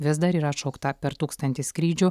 vis dar yra atšaukta per tūkstantį skrydžių